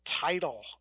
title